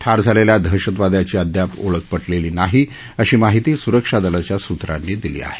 ठार झालेल्या दहशतवाद्याची अद्याप ओळख पटलेली नाही अशी माहिती सुरक्षा दलाच्या सूत्रांनी दिली आहे